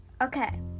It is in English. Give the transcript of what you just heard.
Okay